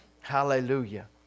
Hallelujah